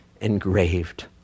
engraved